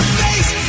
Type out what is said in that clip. face